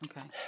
Okay